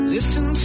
Listen